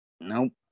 Nope